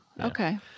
Okay